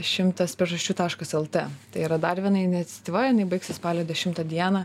šimtas priežasčių taškas lt tai yra dar viena ineciatyva jinai baigsis spalio dešimtą dieną